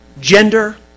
gender